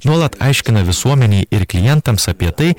nuolat aiškina visuomenei ir klientams apie tai